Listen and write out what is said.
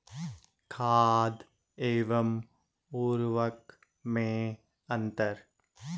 खाद एवं उर्वरक में अंतर?